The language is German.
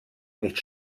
nicht